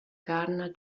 gardener